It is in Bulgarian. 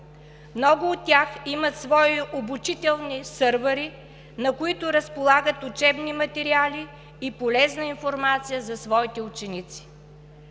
Много от тях имат свои обучителни сървъри, на които разполагат учебни материали и полезна информация за своите ученици.